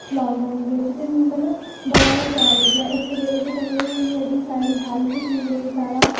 lockdown बिच मतलब बड़ा गै सोआद लग्गेआ इक्क ते एह्दे कन्नै एह् होइया कि साढ़ी हैल्थ ठीक रेही साढ़ा